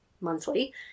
monthly